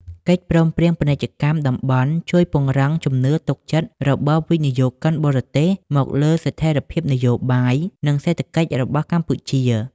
កិច្ចព្រមព្រៀងពាណិជ្ជកម្មតំបន់ជួយពង្រឹងជំនឿទុកចិត្តរបស់វិនិយោគិនបរទេសមកលើស្ថិរភាពនយោបាយ និងសេដ្ឋកិច្ចរបស់កម្ពុជា។